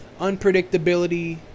Unpredictability